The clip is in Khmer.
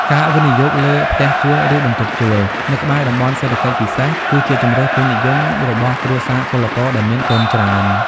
ការវិនិយោគលើ "ផ្ទះជួល" ឬ "បន្ទប់ជួល" នៅក្បែរតំបន់សេដ្ឋកិច្ចពិសេស គឺជាជម្រើសពេញនិយមរបស់គ្រួសារពលករដែលមានទុនច្រើន។